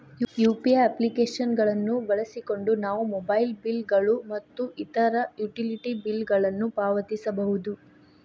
UPI application ಗಳನ್ನು ಬಳಸಿಕೊಂಡು ನಾವು ಮೊಬೈಲ್ ಬಿಲ್ ಗಳು ಮತ್ತು ಇತರ ಯುಟಿಲಿಟಿ ಬಿಲ್ ಗಳನ್ನು ಪಾವತಿಸಬಹುದು